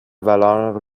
valeur